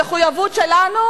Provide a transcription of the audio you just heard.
המחויבות שלנו